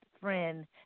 friend